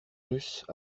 russes